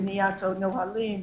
בניית נהלים,